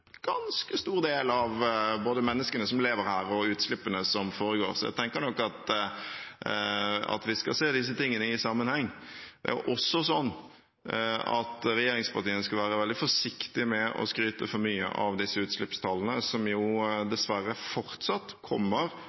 menneskene lever, og hvor utslippene foregår. Så jeg tenker nok at vi skal se disse tingene i sammenheng. Det er også sånn at regjeringspartiene skal være veldig forsiktige med å skryte for mye av disse utslippstallene, som dessverre fortsatt kommer